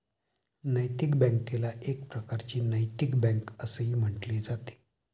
नैतिक बँकेला एक प्रकारची नैतिक बँक असेही म्हटले जाते